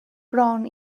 bron